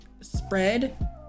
spread